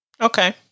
Okay